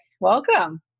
Welcome